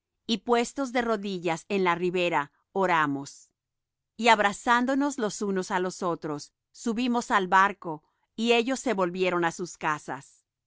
y puestos de rodillas en la ribera oramos y abrazándonos los unos á los otros subimos al barco y ellos se volvieron á sus casas